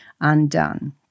undone